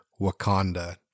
Wakanda